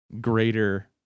greater